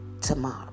tomorrow